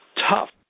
tough